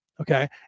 okay